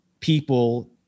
people